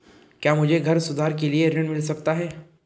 क्या मुझे घर सुधार के लिए ऋण मिल सकता है?